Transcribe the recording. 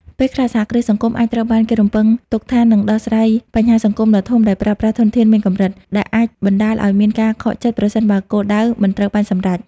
ពេលខ្លះ សហគ្រាសសង្គមអាចត្រូវបានគេរំពឹងទុកថានឹងដោះស្រាយបញ្ហាសង្គមដ៏ធំដោយប្រើប្រាស់ធនធានមានកម្រិត ដែលអាចបណ្តាលឲ្យមានការខកចិត្តប្រសិនបើគោលដៅមិនត្រូវបានសម្រេច។